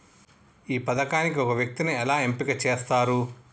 ఈ పథకానికి ఒక వ్యక్తిని ఎలా ఎంపిక చేస్తారు?